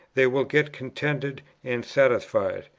they will get contented and satisfied.